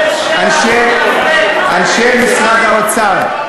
אנשי משרד האוצר,